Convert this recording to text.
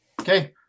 Okay